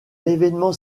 événement